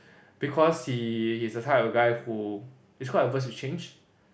because he he's the type of guy who who is quite averse to change